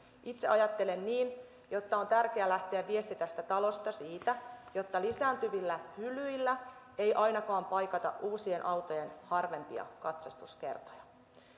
itse ajattelen niin että on tärkeää että tästä talosta lähtee viesti siitä että lisääntyvillä hylyillä ei ainakaan paikata uusien autojen harvempia katsastuskertoja